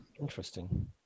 Interesting